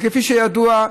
כפי שידוע,